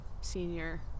Senior